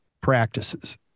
practices